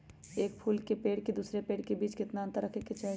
एक फुल के पेड़ के दूसरे पेड़ के बीज केतना अंतर रखके चाहि?